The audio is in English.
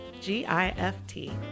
G-I-F-T